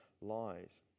lies